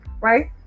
right